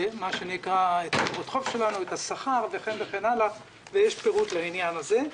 את השכר וכן הלאה, ויש פירוט לעניין הזה.